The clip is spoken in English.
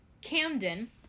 Camden